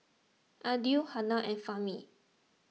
Adi Hana and Fahmi